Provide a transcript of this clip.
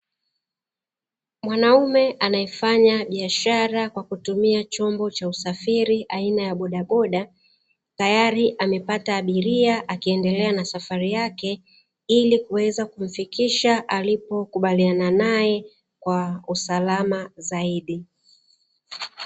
Mwanaume anayefanya biashara kwa kutumia chombo cha usafiri aina ya bodaboda, tayari amepata abiria akiendelea na safari yake ili kuweza kumfikisha mahali alipokubaliana nae kwa usalama zaidi.